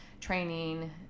training